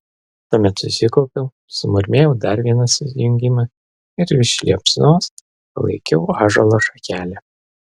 tuomet susikaupiau sumurmėjau dar vieną sujungimą ir virš liepsnos palaikiau ąžuolo šakelę